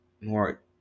more